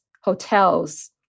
hotels